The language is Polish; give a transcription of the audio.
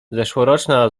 zeszłoroczna